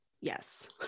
yes